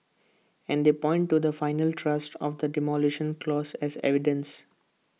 and they point to the final trust of the Demolition Clause as evidence